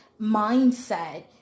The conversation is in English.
mindset